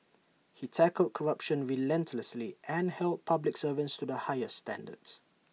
he tackled corruption relentlessly and held public servants to the highest standards